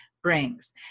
Brings